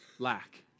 lack